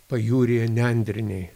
pajūryje nendriniai